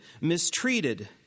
mistreated